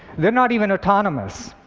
they're not even autonomous.